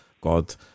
God